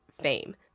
fame